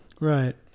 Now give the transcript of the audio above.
Right